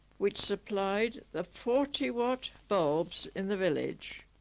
which supplied the forty watt bulbs in the village